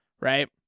Right